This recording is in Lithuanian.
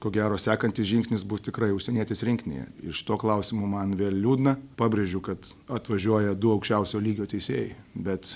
ko gero sekantis žingsnis bus tikrai užsienietis rinktinėje iš to klausimo man vėl liūdna pabrėžiu kad atvažiuoja du aukščiausio lygio teisėjai bet